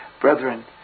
Brethren